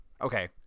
okay